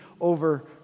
over